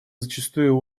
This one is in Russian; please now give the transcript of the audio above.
зачастую